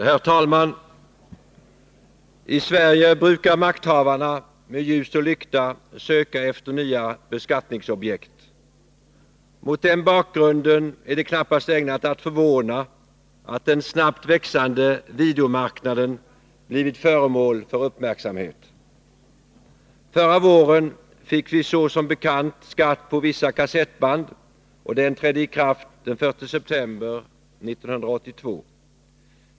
Herr talman! I Sverige brukar makthavarna med ljus och lykta söka efter nya beskattningsobjekt. Mot den bakgrunden är det knappast ägnat att förvåna att den snabbt växande videomarknaden blivit föremål för uppmärksamhet. Förra våren fick vi som bekant skatt på vissa kassettband, och den lagen trädde i kraft den 1 september 1982.